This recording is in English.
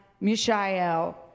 mishael